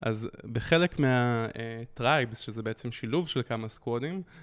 אז בחלק מהטרייבס, שזה בעצם שילוב של כמה סקוואדים